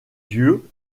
yeux